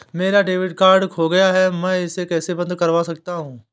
मेरा debit card खो गया है मैं इसे कैसे बंद करवा सकता हूँ?